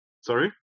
Sorry